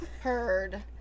heard